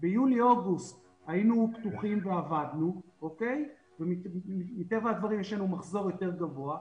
ביולי-אוגוסט היינו פתוחים ועבדנו ומטבע הדברים יש לנו מחזור יותר גבוה,